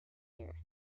year